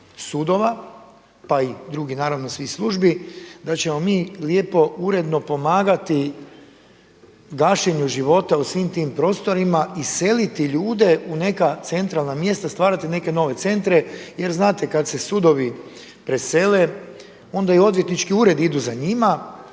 sudova, pa i drugih naravno svih službi, da ćemo mi lijepo, uredno pomagati gašenju života u svim tim prostorima i seliti ljude u neka centralna mjesta, stvarati neke nove centre jer znate kada se sudovi presele onda i odvjetnički uredi idu za njima